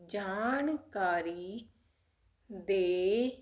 ਜਾਣਕਾਰੀ ਦੇ